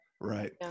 right